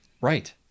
Right